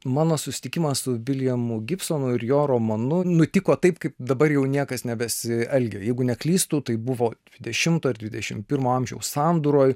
mano susitikimą su viljamu gibsonu ir jo romanu nutiko taip kaip dabar jau niekas nebesielgia jeigu neklystu tai buvo dvidešimto ir dvidešimt pirmo amžiaus sandūroj